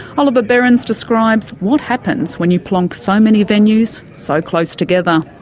oliver behrens describes what happens when you plonk so many venues so close together.